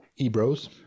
Ebros